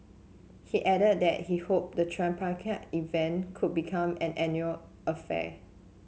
he added that he hoped the tripartite event could become an annual affair